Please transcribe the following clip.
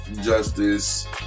Justice